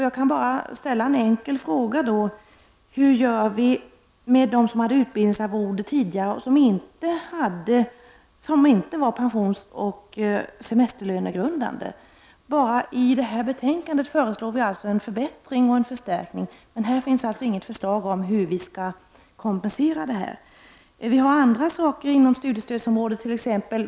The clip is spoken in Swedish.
Jag kan bara ställa en enkel fråga: Hur gör vi med dem som tidigare hade utbildningsarvode som inte var pensionsoch semesterlönegrundande? I det här betänkandet föreslår vi ju en förbättring och en förstärkning, men vi framlägger inget förslag om att vi skall kompensera dem som haft utbildningsarvode utan de nu föreslagna förbättringarna. Det skulle också uppstå andra problem inom studiestödsområdet.